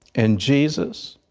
in jesus,